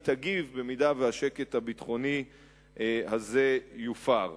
תגיב במידה שהשקט הביטחוני הזה יופר.